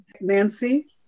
Nancy